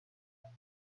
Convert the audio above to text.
rand